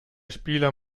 spieler